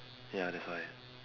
ya that's why